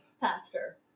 Pastor